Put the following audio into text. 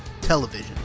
television